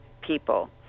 people